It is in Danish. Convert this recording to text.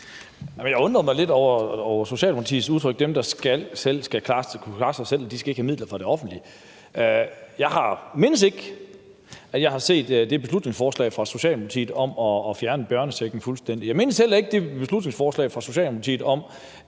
Jeg undrede mig lidt over Socialdemokratiets udtryk om, at dem, der kan klare sig selv, ikke skal have midler fra det offentlige. Jeg mindes ikke, at jeg har set et beslutningsforslag fra Socialdemokratiet om at fjerne børnechecken fuldstændig. Jeg mindes heller ikke at have set et beslutningsforslag fra Socialdemokratiet om,